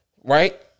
right